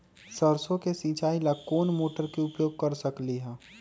सरसों के सिचाई ला कोंन मोटर के उपयोग कर सकली ह?